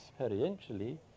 experientially